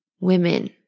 women